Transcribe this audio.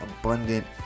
abundant